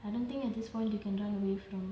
I don't think at this point you can run away from